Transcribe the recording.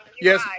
yes